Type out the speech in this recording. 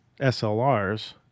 SLRs